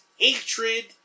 Hatred